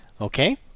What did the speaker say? Okay